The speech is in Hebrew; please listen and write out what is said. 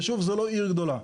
ישוב זה לא עיר גדולה.